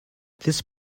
this